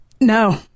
No